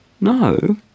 No